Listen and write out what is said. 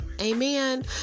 Amen